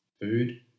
Food